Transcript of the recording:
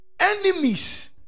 enemies